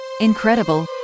Incredible